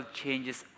changes